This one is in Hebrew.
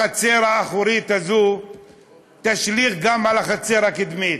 החצר האחורית הזו תשליך גם על החצר הקדמית,